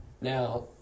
Now